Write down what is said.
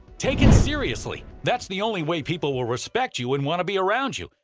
take it seriously. that's the only way people will respect you and want to be around you.